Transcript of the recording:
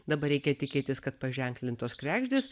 dabar reikia tikėtis kad paženklintos kregždės